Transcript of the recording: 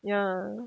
ya